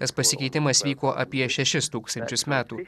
tas pasikeitimas vyko apie šešis tūkstančius metų